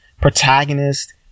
protagonist